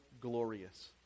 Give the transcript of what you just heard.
glorious